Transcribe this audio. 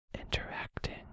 interacting